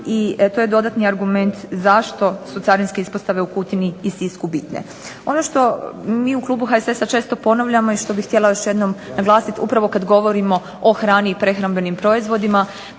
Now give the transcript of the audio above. i to je dodatni argument zašto su carinske ispostave u Kutini i Sisku bitne. Ono što mi u klubu HSS-a često ponavljamo i što bi htjela još jedanput naglasiti upravo kad govorimo o hrani i prehrambenim proizvodima,